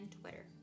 Twitter